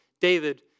David